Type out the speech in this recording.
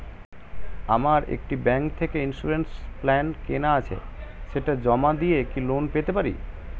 আমার একটি ব্যাংক থেকে ইন্সুরেন্স প্ল্যান কেনা আছে সেটা জমা দিয়ে কি লোন পেতে পারি?